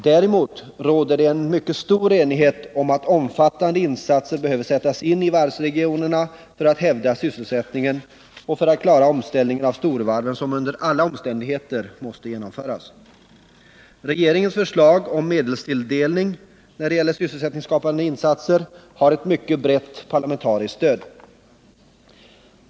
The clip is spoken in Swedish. Däremot råder det en mycket stor enighet om att omfattande insatser behöver sättas in i varvsregionerna för att hävda sysselsättningen och för att klara den omställning av storvarven som under alla omständigheter måste genomföras. Regeringens förslag om medelstilldelning när det gäller sysselsättningsskapande insatser har ett mycket brett parlamentariskt stöd.